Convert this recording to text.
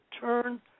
turn